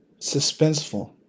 suspenseful